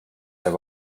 have